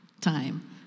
time